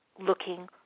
looking